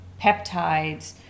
peptides